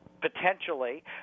potentially